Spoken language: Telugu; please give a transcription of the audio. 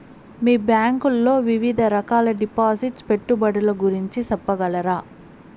మీ బ్యాంకు లో వివిధ రకాల డిపాసిట్స్, పెట్టుబడుల గురించి సెప్పగలరా?